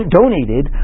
donated